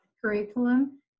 curriculum